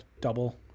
double